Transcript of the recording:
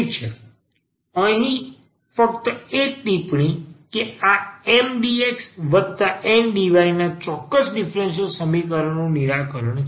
ઠીક છે અહીં ફક્ત એક ટિપ્પણી કે આ MDx Ndy ના ચોક્કસ ડીફરન્સીયલ સમીકરણ નું નિરાકરણ છે